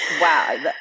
Wow